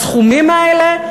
בסכומים האלה?